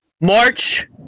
March